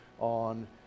on